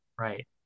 right